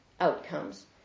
outcomes